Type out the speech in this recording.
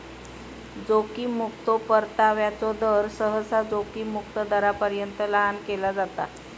जोखीम मुक्तो परताव्याचो दर, सहसा जोखीम मुक्त दरापर्यंत लहान केला जाता